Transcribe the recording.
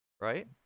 right